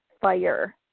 fire